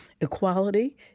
Equality